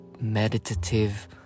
meditative